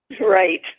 Right